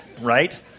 Right